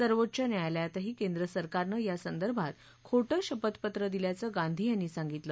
सर्वोच्च न्यायालयातही केंद्र सरकारनं यासंदर्भात खोटं शपथपत्र दिल्याचं गांधी यांनी सांगितलं